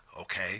okay